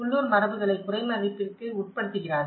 உள்ளூர் மரபுகளை குறைமதிப்பிற்கு உட்படுத்துகிறார்கள்